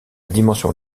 dimension